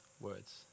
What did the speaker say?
words